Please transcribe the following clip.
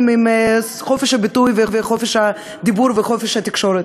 עם חופש הביטוי וחופש הדיבור וחופש התקשורת.